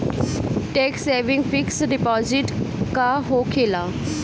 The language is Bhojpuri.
टेक्स सेविंग फिक्स डिपाँजिट का होखे ला?